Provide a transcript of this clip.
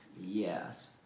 Yes